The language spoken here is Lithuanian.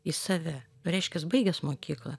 į save reiškias baigęs mokyklą